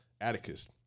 Atticus